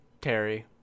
Terry